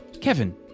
Kevin